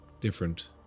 different